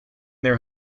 their